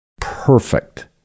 perfect